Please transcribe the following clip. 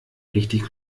richtig